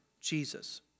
Jesus